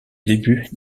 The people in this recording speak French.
début